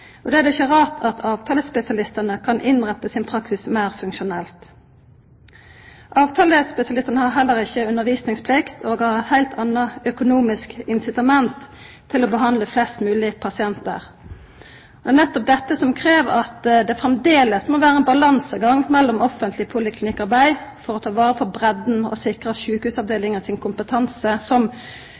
alle. Da er det ikkje rart at avtalespesialistane kan innretta sin praksis meir funksjonelt. Avtalespesialistane har heller ikkje undervisningsplikt og har eit heilt anna økonomisk incitament til å behandla flest mogleg pasientar. Det er nettopp dette som krev at det framleis må vera ein balansegang mellom offentleg poliklinikkarbeid, for å ta vare på breidda og sikra sjukehusavdelinga sin kompetanse